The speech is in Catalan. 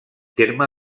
terme